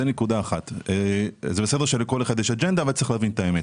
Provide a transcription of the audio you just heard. זה בסדר שלכל אחד יש אג'נדה אבל צריך להבין את האמת.